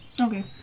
Okay